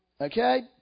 Okay